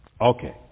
Okay